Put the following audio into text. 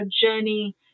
journey